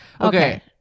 Okay